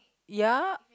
ya